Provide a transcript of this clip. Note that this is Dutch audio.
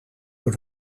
door